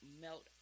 melt